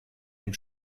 dem